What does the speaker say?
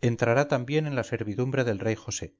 entrará también en la servidumbre del rey josé